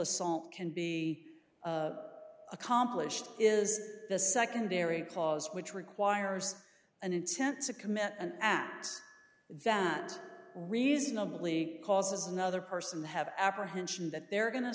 assault can be accomplished is the secondary clause which requires an intent to commit an act that reasonably causes another person to have apprehension that they're going to